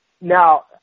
Now